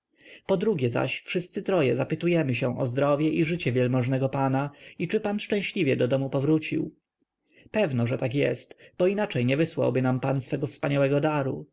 ja podrugie zaś wszyscy troje zapytujemy się o zdrowie i życie wielmożnego pana i czy pan szczęśliwie do dom powrócił pewno że tak jest bo inaczej nie wysłałby nam pan swego wspaniałego daru